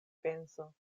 penso